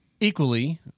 equally